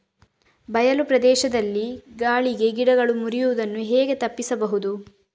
ಬಯಲು ಪ್ರದೇಶದಲ್ಲಿ ಗಾಳಿಗೆ ಗಿಡಗಳು ಮುರಿಯುದನ್ನು ಹೇಗೆ ತಪ್ಪಿಸಬಹುದು?